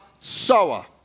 sower